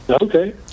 Okay